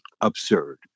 absurd